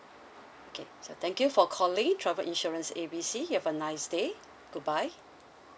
okay so thank you for calling travel insurance A B C you have a nice day goodbye